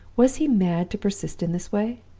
was he mad to persist in this way?